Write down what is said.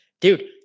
dude